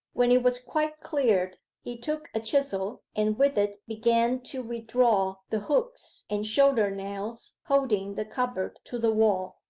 when it was quite cleared he took a chisel, and with it began to withdraw the hooks and shoulder-nails holding the cupboard to the wall.